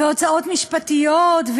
והוצאות משפטיות,